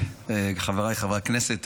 חבריי חברי הכנסת,